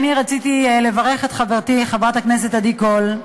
אני רציתי לברך את חברתי חברת הכנסת עדי קול.